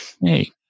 Hey